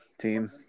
team